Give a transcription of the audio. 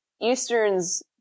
Eastern's